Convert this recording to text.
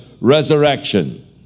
resurrection